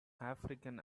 african